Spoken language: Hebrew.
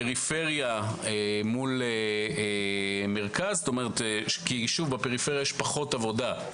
פריפריה מול מרכז כי ביישוב בפריפריה יש פחות עבודה.